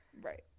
Right